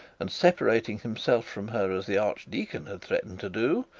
and separating himself from her as the archdeacon had threatened to do,